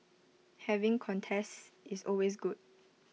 having contests is always good